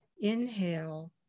inhale